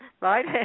right